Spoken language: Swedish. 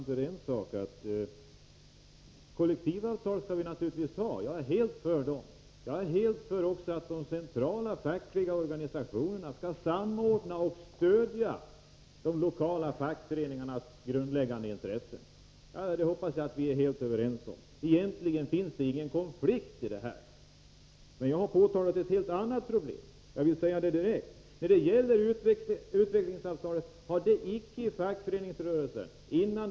Herr talman! Kollektivavtal skall vi naturligtvis ha, Lars Ulander. Jag är helt för dem. Jag är också helt för att de centrala fackliga organisationerna skall samordna och stödja de lokala fackföreningarnas grundläggande intressen. Jag hoppas att vi är överens om det. Egentligen finns det ingen konflikt här. Jag har — det vill jag säga direkt — påtalat ett helt annat problem. Innan utvecklingsavtalet träffades hade det icke förts ut till en grundläggande debatt i fackföreningsrörelsen.